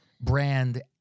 brand